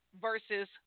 versus